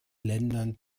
ländern